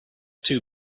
two